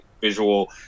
visual